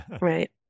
Right